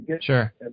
Sure